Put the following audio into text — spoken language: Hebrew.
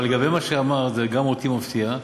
אבל לגבי מה שאמרת, גם אותי זה מפתיע.